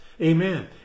Amen